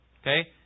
Okay